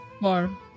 Four